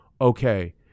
Okay